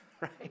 right